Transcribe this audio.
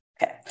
Okay